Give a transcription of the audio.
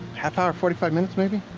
half hour, forty five minutes maybe?